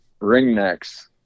ringnecks